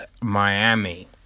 Miami